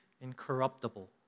incorruptible